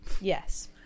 Yes